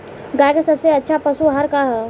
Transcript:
गाय के सबसे अच्छा पशु आहार का ह?